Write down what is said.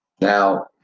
now